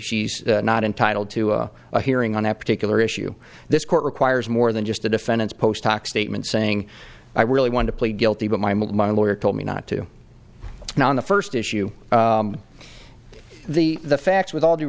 she's not entitled to a hearing on that particular issue this court requires more than just a defendant's post hoc statement saying i really want to plead guilty but my my lawyer told me not to now in the first issue the fact with all due